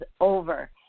over